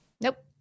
Nope